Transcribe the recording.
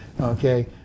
okay